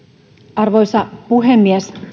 arvoisa puhemies